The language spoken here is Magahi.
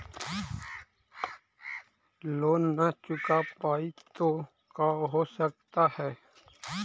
लोन न चुका पाई तो का हो सकता है?